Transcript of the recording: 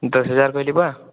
ଦଶ ହଜାର କହିଲି ପା